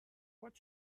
what